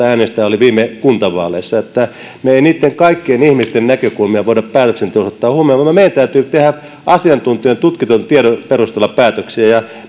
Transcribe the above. äänestäjää viime kuntavaaleissa niin että me emme niitten kaikkien ihmisten näkökulmia voi päätöksenteossa ottaa huomioon vaan meidän täytyy tehdä tutkitun tiedon perusteella päätöksiä minun